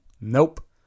Nope